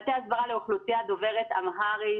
מטה הסברה לאוכלוסייה דוברת אמהרית,